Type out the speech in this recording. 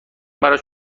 براش